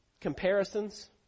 Comparisons